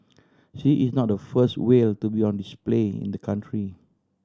she is not the first whale to be on display in the country